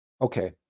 okay